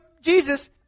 Jesus